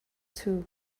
too